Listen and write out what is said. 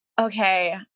Okay